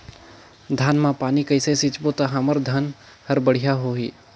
धान मा पानी कइसे सिंचबो ता हमर धन हर बढ़िया होही?